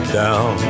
down